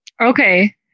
Okay